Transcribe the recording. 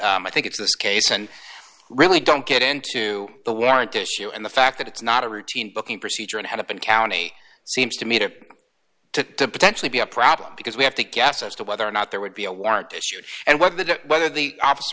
i think it's this case and really don't get into the warrant issue and the fact that it's not a routine booking procedure and had it been county seems to me tip to to potentially be a problem because we have to guess as to whether or not there would be a warrant issued and what that whether the o